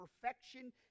perfection